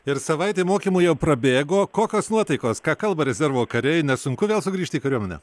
ir savaitė mokymų jau prabėgo kokios nuotaikos ką kalba rezervo kariai nesunku vėl sugrįžti į kariuomenę